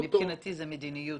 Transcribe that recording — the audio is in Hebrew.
מבחינתי זו מדיניות.